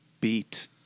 beat